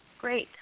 Great